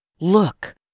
Look